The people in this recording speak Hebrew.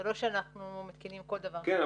זה לא שאנחנו מתקינים כל דבר --- כן,